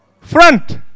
front